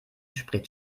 spricht